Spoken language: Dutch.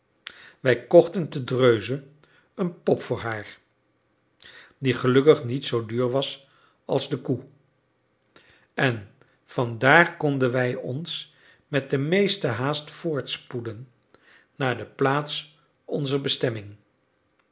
wij kochten te dreuze een pop voor haar die gelukkig niet zoo duur was als de koe en van daar konden wij ons met de meeste haast voortspoeden naar de plaats onzer bestemming